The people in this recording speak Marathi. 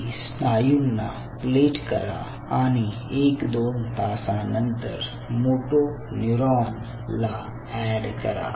आधी स्नायूंना प्लेट करा आणि एक दोन तासानंतर मोटो न्यूरॉन ला एड करा